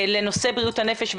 לנושא בריאות הנפש,